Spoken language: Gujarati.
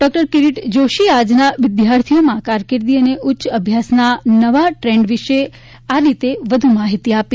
ડોકટર કીરીટ જોશીએ આજના વિદ્યાર્થીઓમાં કારકિર્દી અને ઉચ્ચ અભ્યાસના નવા ટ્રેન્ડ વિશે આ રીતે વ્ધ્ માહીતી આપી